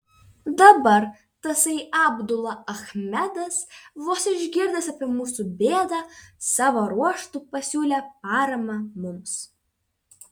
dabar tasai abdula achmedas vos išgirdęs apie mūsų bėdą savo ruožtu pasiūlė paramą mums